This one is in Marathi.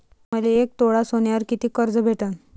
मले एक तोळा सोन्यावर कितीक कर्ज भेटन?